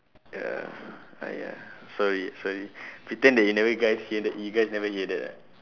ya !aiya! sorry sorry pretend that you never guys you guys never hear that ah